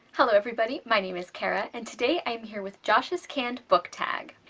hello everybody, my name is cara and today i am here with josh's canned book tag.